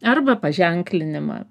arba paženklinimą